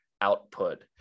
output